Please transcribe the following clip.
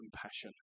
compassion